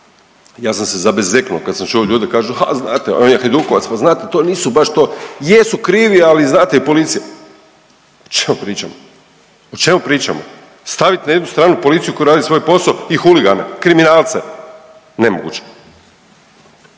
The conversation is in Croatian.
Ja sam se zabezeknuo kad sam čuo ljude kažu, ha znate on je hajdukovac, pa znate to nisu baš to, jesu krivi ali znate i policija. O čemu pričamo? O čemu pričamo? Stavit na jednu stranu policiju koja radi svoj posao i huligane, kriminalce, nemoguće.